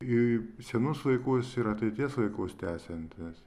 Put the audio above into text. į senus laikus ir ateities laikus tęsiantis